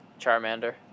Charmander